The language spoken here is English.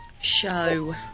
Show